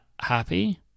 happy